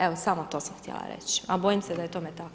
Evo, samo to sam htjela reći, a bojim se da je tome tako.